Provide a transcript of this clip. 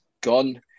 gone